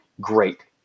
great